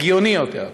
הגיוני יותר.